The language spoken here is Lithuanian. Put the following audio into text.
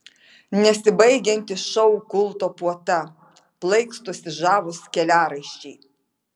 nesibaigianti šou kulto puota plaikstosi žavūs keliaraiščiai